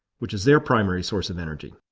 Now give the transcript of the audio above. which is their primary source of energy.